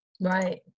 Right